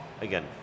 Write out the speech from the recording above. Again